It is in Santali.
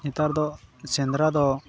ᱱᱮᱛᱟᱨ ᱫᱚ ᱥᱮᱸᱫᱽᱨᱟ ᱫᱚ